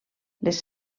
les